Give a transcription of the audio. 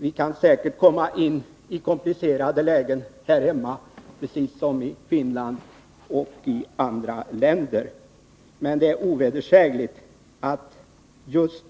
Vi kan säkert komma in i komplicerade lägen här hemma precis som i Finland och i andra länder. Men det är ovedersägligt att det just